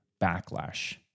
backlash